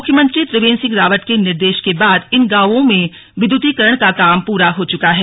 मुख्यमंत्री त्रिवेंद्र सिंह रावत के निर्देश के बाद इन गांवों में विद्यतीकरण का काम पूरा हो चका है